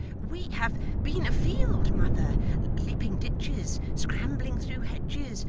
we have been afield, mother leaping ditches, scrambling through hedges,